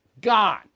gone